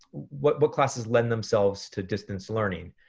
what but classes lend themselves to distance learning.